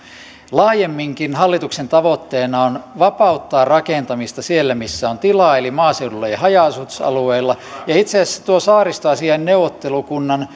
laajemminkin hallituksen tavoitteena on vapauttaa rakentamista siellä missä on tilaa eli maaseudulla ja haja asutusalueilla ja itse asiassa tuo saaristoasiain neuvottelukunnan